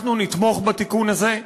אנחנו נתמוך בתיקון הזה.